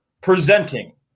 Presenting